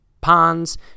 ponds